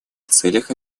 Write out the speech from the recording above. целях